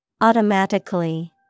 Automatically